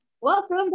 welcome